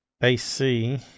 AC